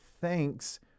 thanks